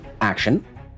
action